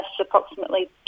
approximately